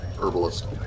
herbalist